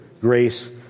grace